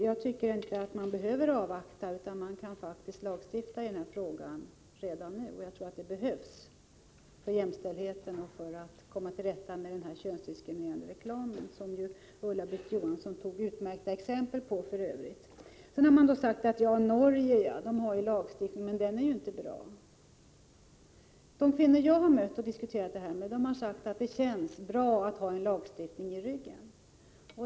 Jag tycker inte 25 att man behöver avvakta; man kan lagstifta i frågan redan nu. Jag tror att det behövs för jämnställdheten och för att komma till rätta med den könsdiskriminerande reklam, som Inga-Britt Johansson själv för övrigt anförde utmärkta exempel på. Det har här sagts att man i Norge har en lagstiftning men att den inte är bra. De norska kvinnor jag har diskuterat det här med har sagt att det känns bra att ha en lagstiftning i ryggen.